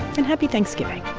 and happy thanksgiving